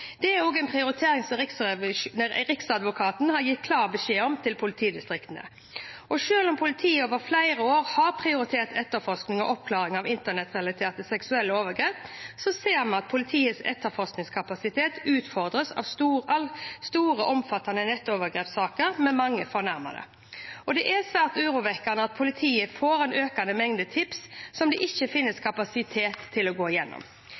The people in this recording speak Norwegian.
Det er også en prioritering som Riksadvokaten har gitt klar beskjed om til politidistriktene. Selv om politiet over flere år har prioritert etterforskning og oppklaring av internettrelaterte seksuelle overgrep, ser vi at politiets etterforskningskapasitet utfordres av store og omfattende nettovergrepssaker med mange fornærmede. Det er svært urovekkende at politiet får en økende mengde tips som det ikke finnes kapasitet til å gå gjennom.